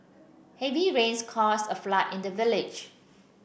heavy rains caused a flood in the village